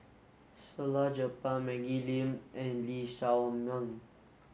Salleh Japar Maggie Lim and Lee Shao Meng